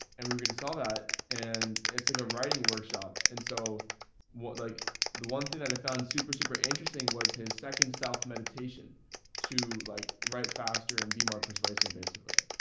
and we were going to sell that and it's like a writing workshop. and so what, like the one thing that i found super, super interesting was his second south meditation to like write faster and be more persuasive basically.